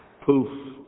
poof